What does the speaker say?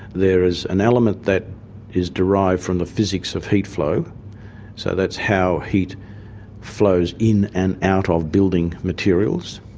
there is an element that is derived from the physics of heat flow so that's how heat flows in and out of building materials.